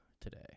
today